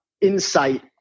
insight